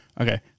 okay